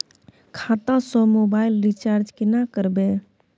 खाता स mobile recharge केना करबे?